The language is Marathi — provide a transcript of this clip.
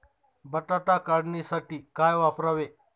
बटाटा काढणीसाठी काय वापरावे?